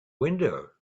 window